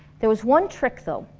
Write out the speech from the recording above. there was one trick though,